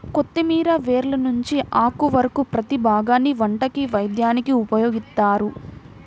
కొత్తిమీర వేర్ల నుంచి ఆకు వరకు ప్రతీ భాగాన్ని వంటకి, వైద్యానికి ఉపయోగిత్తారు